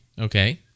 Okay